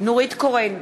בעד נורית קורן,